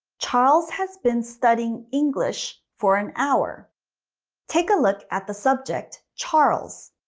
charles has been studying english for an hour take a look at the subject, charles.